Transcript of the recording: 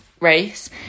race